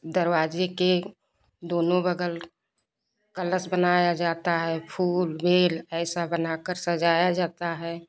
दरवाजे के दोनों बगल कलश बनाया जाता है फूल मेल ऐसा बनाकर सजाया जाता है